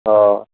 अह